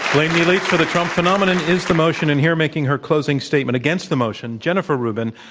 blame the elites for the trump phenomenon is the motion. and here making her closing statement against the motion, jennifer rubin,